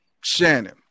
Shannon